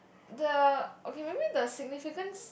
the okay maybe the significance